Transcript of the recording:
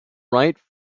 write